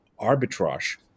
arbitrage